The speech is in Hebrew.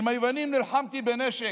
עם היוונים נלחמתי בנשק,